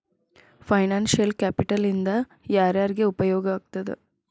Financial capital ಇಂದಾ ಯಾರ್ಯಾರಿಗೆ ಉಪಯೊಗಾಗ್ತದ?